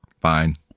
Fine